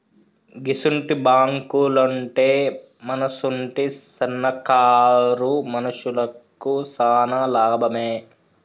గిసుంటి బాంకులుంటే మనసుంటి సన్నకారు మనుషులకు శాన లాభమే